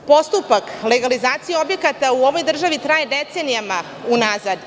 Sam postupak legalizacije objekata u ovoj državi traje decenijama unazad.